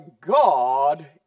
God